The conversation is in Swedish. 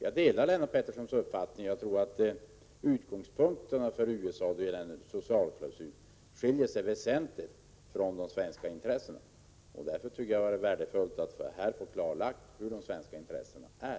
Jag delar Lennart Petterssons uppfattning att utgångspunkten för USA då det gäller en socialklausul skiljer sig väsentligt från de svenska intressena. Därför tycker jag att det hade varit värdefullt att få klarlagt vilka de svenska intressena är.